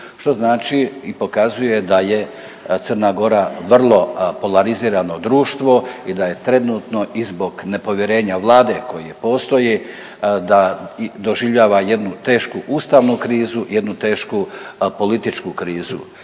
što znači i pokazuje da je Crna Gora vrlo polarizirano društvo i da je trenutno i zbog nepovjerenja Vlade koje postoji da doživljava jednu tešku ustavnu krizu, jednu tešku političku krizu.